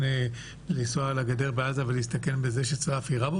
לנסוע לגדר בעזה ולהסתכן בזה שצלף ירה בו?